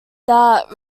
that